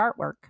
artwork